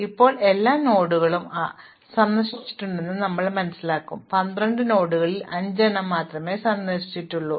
ഇപ്പോൾ എല്ലാ നോഡുകളും സന്ദർശിച്ചിട്ടുണ്ടെന്ന് ഞങ്ങൾ മനസ്സിലാക്കും 12 നോഡുകളിൽ 5 എണ്ണം മാത്രമേ സന്ദർശിച്ചിട്ടുള്ളൂ